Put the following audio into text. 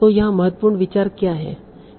तो यहाँ महत्वपूर्ण विचार क्या है